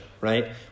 right